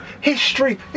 History